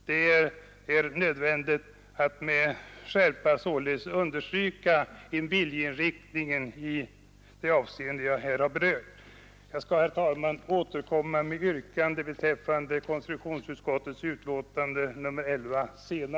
Det är nödvändigt att med skärpa understryka viljeinriktningen i det avseende jag här har berört. Jag skall, herr talman, återkomma senare med yrkande beträffande konstitutionsutskottets betänkande nr 11.